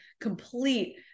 complete